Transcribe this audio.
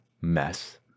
mess